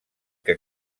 que